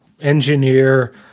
engineer